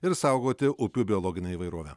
ir saugoti upių biologinę įvairovę